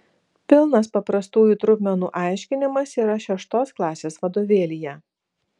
pilnas paprastųjų trupmenų aiškinimas yra šeštos klasės vadovėlyje